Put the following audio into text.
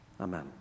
Amen